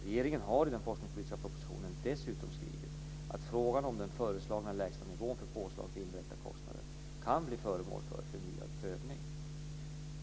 Regeringen har i den forskningspolitiska propositionen dessutom skrivit att frågan om den föreslagna lägsta nivån för påslag för indirekta kostnader kan bli föremål för förnyad prövning.